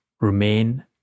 remain